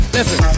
Listen